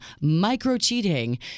micro-cheating